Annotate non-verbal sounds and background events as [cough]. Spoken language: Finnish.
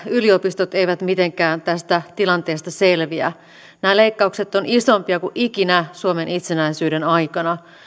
[unintelligible] yliopistot eivät mitenkään tästä tilanteesta selviä nämä leikkaukset ovat isompia kuin ikinä suomen itsenäisyyden aikana